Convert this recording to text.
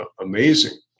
amazing